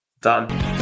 Done